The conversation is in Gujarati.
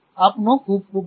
આપનો ખુબ ખુબ આભાર